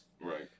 right